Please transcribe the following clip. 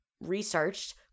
researched